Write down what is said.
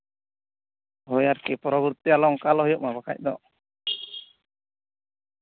ᱦᱳᱭ ᱟᱨᱠᱤ ᱯᱚᱨᱚᱵᱚᱨᱛᱤ ᱚᱱᱠᱟ ᱟᱞᱚ ᱦᱩᱭᱩᱜ ᱢᱟ ᱵᱟᱠᱷᱟᱡ ᱫᱚ